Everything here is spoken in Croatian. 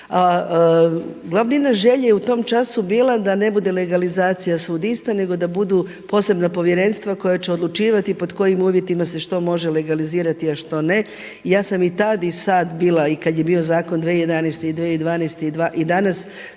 Glavnina želje u tom času je bila da ne bude legalizacija svud ista nego da budu posebna povjerenstva koja će odlučivati pod kojim uvjetima se što može legalizirati, a što ne. Ja sam i tad i sada bila i kada je bio zakon 2011. i 2012. i danas